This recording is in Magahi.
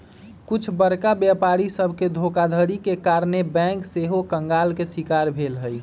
कुछ बरका व्यापारी सभके धोखाधड़ी के कारणे बैंक सेहो कंगाल के शिकार भेल हइ